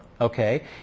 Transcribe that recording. okay